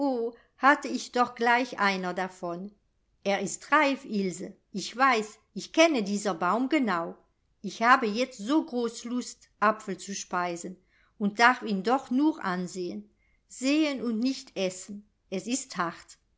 hatte ich doch gleich einer davon er ist reif ilse ich weiß ich kenne dieser baum genau ich habe jetzt so groß lust apfel zu speisen und darf ihn doch nur ansehen sehen und nicht essen es ist hart